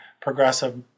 progressive